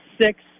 six